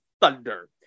Thunder